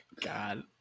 God